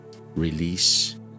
release